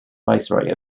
viceroy